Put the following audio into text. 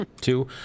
Two